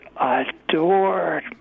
adored